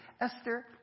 Esther